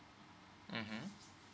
mmhmm